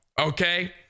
Okay